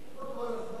לא כל הזמן.